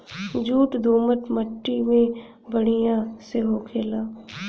jute दोमट मट्टी में बढ़िया से होखेला